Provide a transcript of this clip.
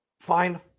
Fine